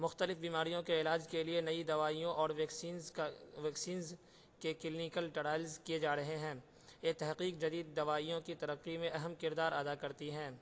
مختلف بیماریوں کے علاج کے لیے نئی دوائیوں اور ویکسینس کا ویکسینس کے کلینیکل ٹرائلس کیے جا رہے ہیں یہ تحقیق جدید دوائیوں کی ترقی میں اہم کردار ادا کرتی ہیں